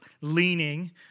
leaning